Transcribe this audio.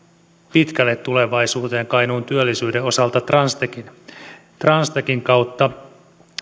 pitkälle tulevaisuuteen kainuun työllisyyden osalta transtechin transtechin kautta